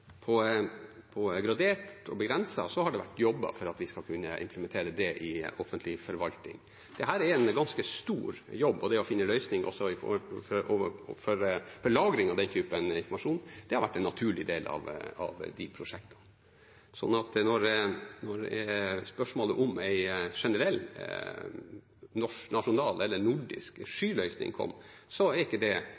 gradert og begrenset har det vært jobbet for at vi skal kunne implementere det i offentlig forvaltning. Dette er en ganske stor jobb, og det å finne en løsning for lagring av den typen informasjon har vært en naturlig del av de prosjektene. Når det gjelder spørsmålet om en generell nasjonal eller nordisk